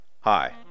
Hi